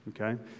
Okay